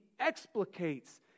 explicates